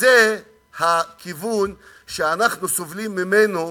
וזה הכיוון שאנחנו סובלים ממנו